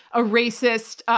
a racist,